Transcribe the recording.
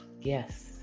Yes